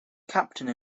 captain